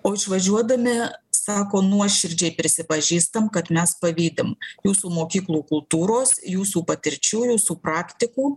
o išvažiuodami sako nuoširdžiai prisipažįstam kad mes pavydim jūsų mokyklų kultūros jūsų patirčių jūsų praktikų